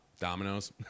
dominoes